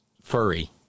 furry